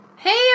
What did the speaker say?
Hey